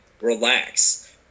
relax